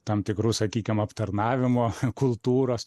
tam tikrų sakykim aptarnavimo kultūros